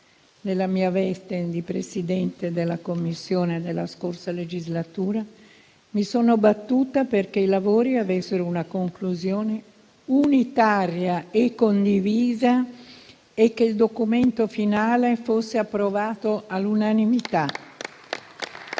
Nella mia veste di Presidente della Commissione nella scorsa legislatura mi sono battuta perché i lavori avessero una conclusione unitaria e condivisa e che il documento finale fosse approvato all'unanimità.